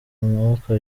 mwuka